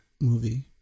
movie